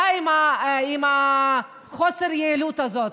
די עם חוסר היעילות הזה.